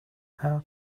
how